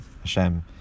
Hashem